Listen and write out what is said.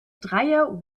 dreier